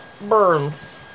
Burns